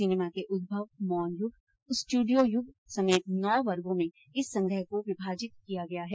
cinema के उद्भव मौन युग स्टूडियो युग समेत नौ वर्गों में इस संग्रह को विभाजित किया गया है